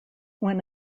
when